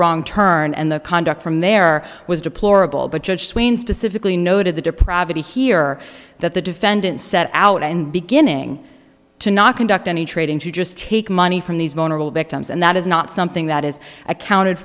wrong turn and the conduct from there was deplorable but judge sweeney specifically noted the depravity here that the defendant set out and beginning to not conduct any trading to just take money from these vulnerable victims and that is not something that is accounted